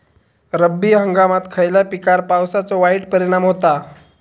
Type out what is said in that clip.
रब्बी हंगामात खयल्या पिकार पावसाचो वाईट परिणाम होता?